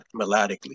melodically